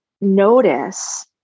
notice